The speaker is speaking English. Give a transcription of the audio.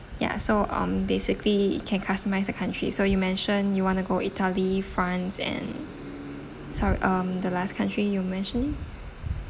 ya so um basically can customise a country so you mentioned you wanna go italy france and sor~ um the last country you mentioned